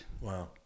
Wow